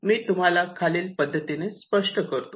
मी तुम्हाला खालील पद्धतीने स्पष्ट करतो